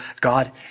God